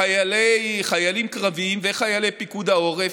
חיילים קרביים וחיילי פיקוד העורף,